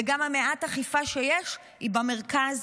וגם מעט האכיפה שיש היא במרכז.